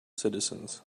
citizens